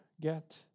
get